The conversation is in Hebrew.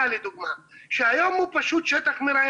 כל פעם שיש לנו בעיית תכנון